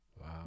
Wow